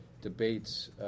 debates